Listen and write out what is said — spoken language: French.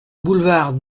boulevard